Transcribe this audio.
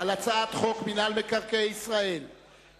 על הצעת חוק מינהל מקרקעי ישראל (תיקון מס' 7),